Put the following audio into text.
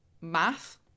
Math